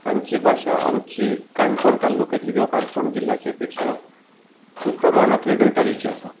तांची भाशा आमी काणकोण तालुक्यांतली किंवा काणकोण जिल्ल्याच्या पेक्षा खूब प्रमाणात वेगळे तरेची आसा